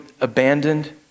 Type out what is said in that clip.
abandoned